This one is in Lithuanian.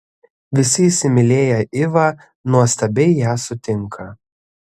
visi įsimylėję ivą nuostabiai ją sutinka